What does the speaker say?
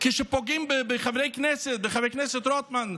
כשפוגעים בחברי כנסת, בחבר כנסת רוטמן,